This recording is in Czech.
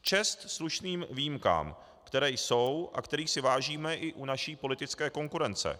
Čest slušným výjimkám, které jsou a kterých si vážíme i u naší politické konkurence.